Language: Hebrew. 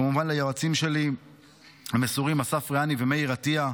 כמובן, ליועצים המסורים שלי, אסף רעני ומאיר עטיה,